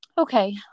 Okay